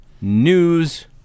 news